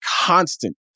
constant